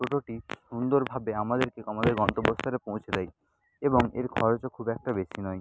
টোটোটি সুন্দরভাবে আমাদেরকে আমাদের গন্তব্যস্থলে পৌঁছে দেয় এবং এর খরচও খুব একটা বেশি নয়